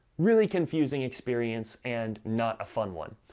really confusing experience, and not a fun one.